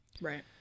Right